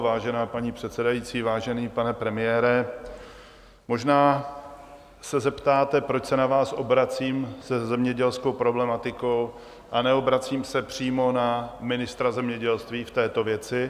Vážená paní předsedající, vážený pane premiére, možná se zeptáte, proč se na vás obracím se zemědělskou problematikou a neobracím se přímo na ministra zemědělství v této věci.